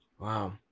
Wow